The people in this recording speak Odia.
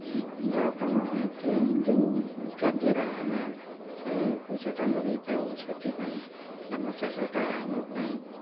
ଘର କାମ କି ଯେଉଁ କାର୍ଯ୍ୟରେ ଆମେ ସେ ପଇସାଟା ଲଗେଇଥାଉ ସେଥିପାଇଁ ଧାନ ଚାଷଟା ଆମ ପାଇଁ